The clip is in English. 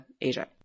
Asia